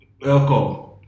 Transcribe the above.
Welcome